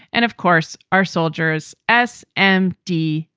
and, of course, our soldiers. s. m. d.